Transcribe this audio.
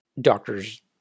doctors